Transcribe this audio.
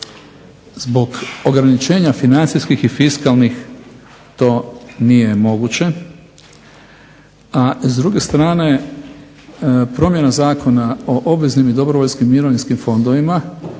zbog ograničenja financijskih i fiskalnih to nije moguće. A s druge strane promjena Zakona o obveznim i dobrovoljskim mirovinskim fondovima